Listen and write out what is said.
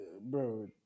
bro